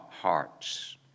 hearts